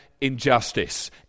injustice